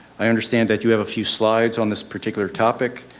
i understand that you have a few slides on this particular topic.